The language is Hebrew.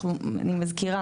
אני מזכירה,